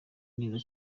neza